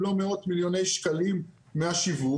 אם לא מאות מיליוני שקלים מהשיווק.